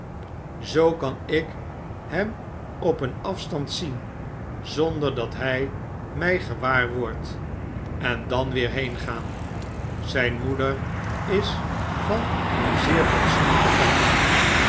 zoo kan ik hem op een afstand'zien zonder dat hij mij gewaar wordt en dan weer heengaan zijn moeder is van een zeer fatsoenlijke familie